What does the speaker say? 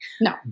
No